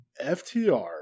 FTR